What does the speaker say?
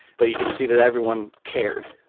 but you could see that everyone cared.